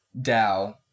DAO